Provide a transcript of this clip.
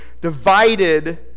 divided